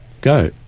go